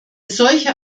solche